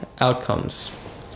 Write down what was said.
outcomes